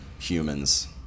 humans